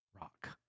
rock